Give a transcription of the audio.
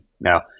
Now